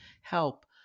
help